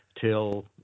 till